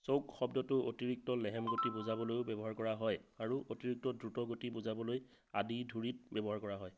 চৌক শব্দটো অতিৰিক্ত লেহেম গতি বুজাবলৈও ব্যৱহাৰ কৰা হয় আৰু অতিৰিক্ত দ্ৰুত গতি বুজাবলৈ আদি ধুৰিত ব্যৱহাৰ কৰা হয়